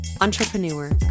entrepreneur